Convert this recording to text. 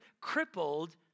crippled